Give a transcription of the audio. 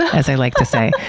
as i like to say,